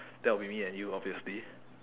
that'll be me and you obviously